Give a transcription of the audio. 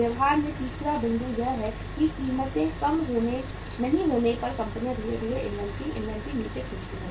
व्यवहार में तीसरा बिंदु यह है कि कीमतें कम नहीं होने पर कंपनियां धीरे धीरे इन्वेंट्री इन्वेंट्री नीचे खींचती हैं